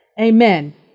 amen